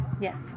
yes